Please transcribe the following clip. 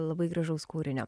labai gražaus kūrinio